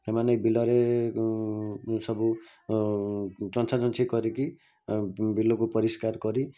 ଏମାନେ ବିଲରେ ସବୁ ଛଞ୍ଛାଛଞ୍ଚି କରିକି ବିଲକୁ ପରିଷ୍କାର କରି